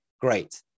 great